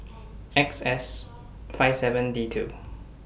X S five seven D two